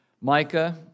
Micah